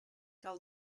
cal